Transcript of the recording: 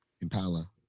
Impala